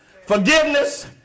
Forgiveness